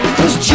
Cause